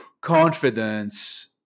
confidence